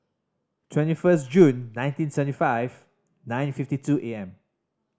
twenty first June nineteen seventy five nine fifty two A M